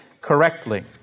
correctly